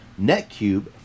NetCube